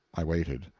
i waited.